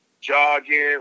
jogging